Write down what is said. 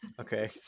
Okay